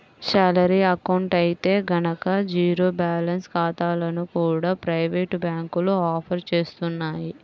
salary account అయితే గనక zero balance ఖాతాలను కూడా ప్రైవేటు బ్యాంకులు ఆఫర్ చేస్తున్నాయి